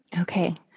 Okay